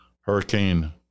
Hurricane